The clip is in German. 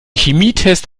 chemietest